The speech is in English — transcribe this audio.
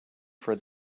for